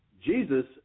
Jesus